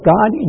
God